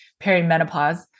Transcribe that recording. perimenopause